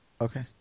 Okay